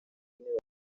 w’intebe